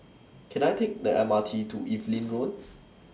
Can I Take The M R T to Evelyn Road